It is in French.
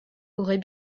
aurait